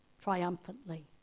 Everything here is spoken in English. triumphantly